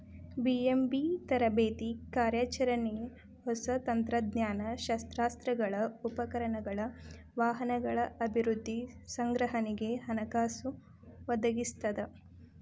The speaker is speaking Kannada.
ಬಿ.ಎಂ.ಬಿ ತರಬೇತಿ ಕಾರ್ಯಾಚರಣೆ ಹೊಸ ತಂತ್ರಜ್ಞಾನ ಶಸ್ತ್ರಾಸ್ತ್ರಗಳ ಉಪಕರಣಗಳ ವಾಹನಗಳ ಅಭಿವೃದ್ಧಿ ಸಂಗ್ರಹಣೆಗೆ ಹಣಕಾಸು ಒದಗಿಸ್ತದ